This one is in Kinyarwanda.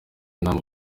inama